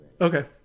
okay